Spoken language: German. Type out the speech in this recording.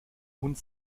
hund